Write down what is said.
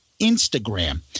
Instagram